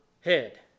head